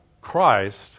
Christ